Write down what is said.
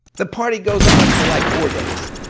the party goes on for like four days.